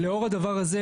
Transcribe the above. ולאור הדבר הזה,